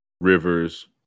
Rivers